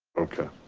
okay,